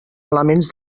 elements